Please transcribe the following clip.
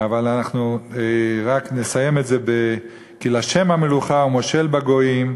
אבל אנחנו רק נסיים את זה ב"כי לה' המלוכה ומֹשל בגוים",